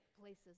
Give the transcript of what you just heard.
places